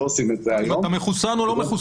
אם אתה מחוסן או לא.